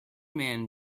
man